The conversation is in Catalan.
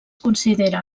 considera